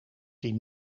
die